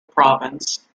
province